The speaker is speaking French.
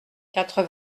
quatre